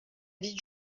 vie